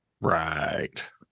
Right